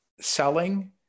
selling